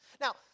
Now